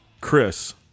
Chris